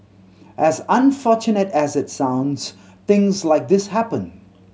as unfortunate as it sounds things like this happen